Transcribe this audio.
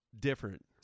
different